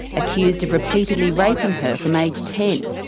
accused of repeatedly raping her from age ten.